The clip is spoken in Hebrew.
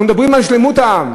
אנחנו מדברים על שלמות העם.